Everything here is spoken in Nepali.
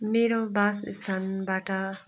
मेरो बासस्थानबाट